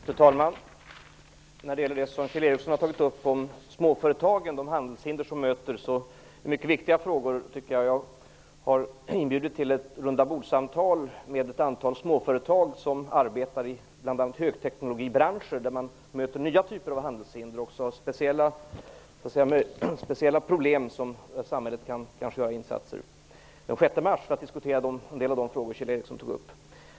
Fru talman! De frågor som Kjell Ericsson har tagit upp om småföretagen och handelshindren som möter dem är mycket viktiga. Jag har inbjudit till ett rundabordssamtal den 6 mars med ett antal småföretag som arbetar i bl.a. högteknologibranschen, där man möter nya typer av handelshinder och speciella problem, där samhället kanske kan göra insatser. Vi kommer då att diskutera en del av de frågor som Kjell Ericsson tog upp.